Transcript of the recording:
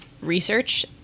research